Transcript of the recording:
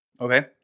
Okay